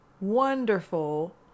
wonderful